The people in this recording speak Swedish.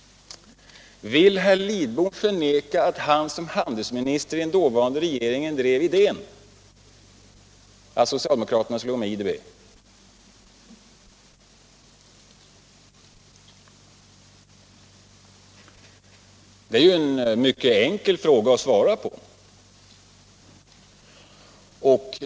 Vill herr Lidbom förneka att han som handelsminister i den dåvarande regeringen drev idén att Sverige skulle gå med i IDB? Den frågan är ju mycket enkelt att svara på.